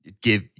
give